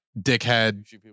dickhead